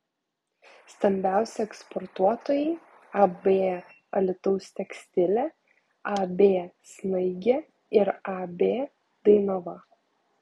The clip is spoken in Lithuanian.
stambiausi eksportuotojai ab alytaus tekstilė ab snaigė ir ab dainava